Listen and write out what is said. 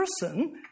person